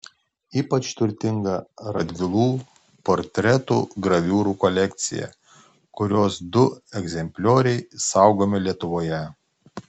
ypač turtinga radvilų portretų graviūrų kolekcija kurios du egzemplioriai saugomi lietuvoje